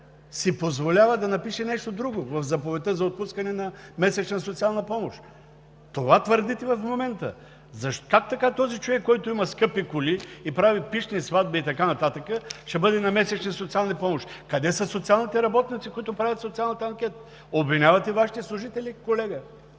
си позволява да напише нещо друго в заповедта за отпускане на месечна социална помощ – това твърдите в момента. Как така този човек, който има скъпи коли и прави пищни сватби и така нататък, ще бъде на месечни социални помощи? Къде са социалните работници, които правят социалната анкета? Обвинявате Вашите служители, колега.